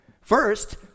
First